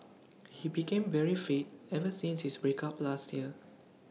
he became very fit ever since his break up last year